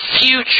future